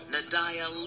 Nadia